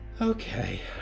Okay